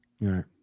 Right